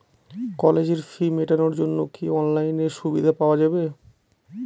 কলেজের ফি মেটানোর জন্য কি অনলাইনে সুবিধা পাওয়া যাবে?